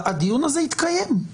הדיון הזה התקיים.